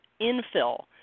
infill